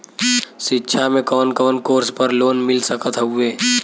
शिक्षा मे कवन कवन कोर्स पर लोन मिल सकत हउवे?